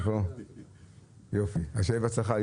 שיהיה בהצלחה.